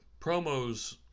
promos